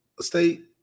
State